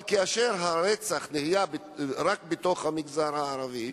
אבל כאשר הרצח הוא רק בתוך המגזר הערבי,